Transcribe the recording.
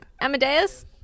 Amadeus